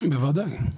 בוודאי.